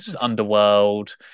underworld